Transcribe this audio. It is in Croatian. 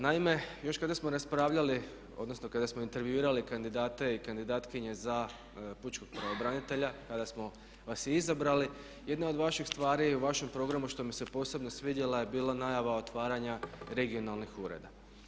Naime, još kada smo raspravljali, odnosno kada smo intervjuirali kandidate i kandidatkinje za pučkog pravobranitelja, kada smo vas i izabrali, jedna od vaših stvari u vašem programu što me se posebno svidjela je bila najava otvaranja regionalnih ureda.